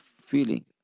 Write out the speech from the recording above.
feeling